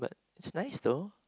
it's nice though